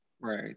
right